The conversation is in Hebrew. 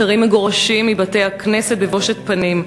אחרים מגורשים מבתי-הכנסת בבושת פנים.